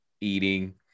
eating